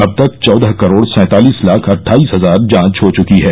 अब तक चौदह करोड सैंतालिस लाख अटठाईस हजार जांच हो चकी हैं